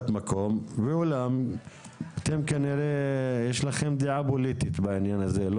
מקום ואולם אתם כנראה יש לכם דעה פוליטית בעניין הזה,